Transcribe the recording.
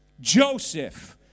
Joseph